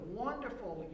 wonderful